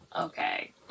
Okay